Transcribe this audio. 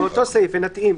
כן, נתאים.